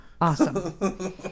Awesome